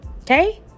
Okay